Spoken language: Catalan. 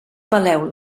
peleu